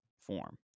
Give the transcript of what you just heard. form